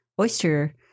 oyster